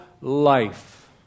life